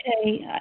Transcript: okay